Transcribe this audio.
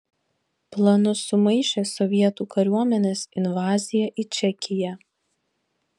planus sumaišė sovietų kariuomenės invazija į čekiją